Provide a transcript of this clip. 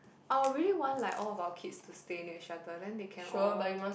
I'll really want like all about kids to stay near each other then they can all